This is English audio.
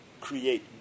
create